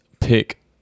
pick